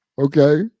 Okay